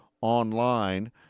online